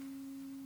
בליאק.